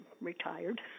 retired